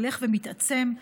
הולך ומתעצם.